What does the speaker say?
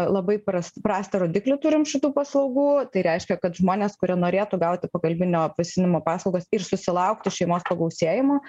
labai pras prastą rodiklį turim šitų paslaugų tai reiškia kad žmonės kurie norėtų gauti pagalbinio apvaisinimo paslaugas ir susilaukti šeimos pagausėjimo